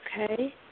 Okay